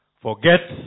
Forget